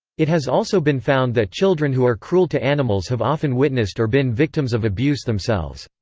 it has also been found that children who are cruel to animals have often witnessed or been victims of abuse themselves.